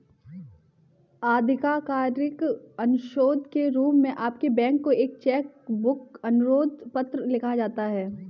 आधिकारिक अनुरोध के रूप में आपके बैंक को एक चेक बुक अनुरोध पत्र लिखा जाता है